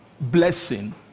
blessing